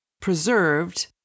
preserved